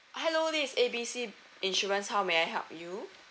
hello this is A B C insurance how may I help you